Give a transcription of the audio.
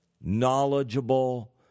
knowledgeable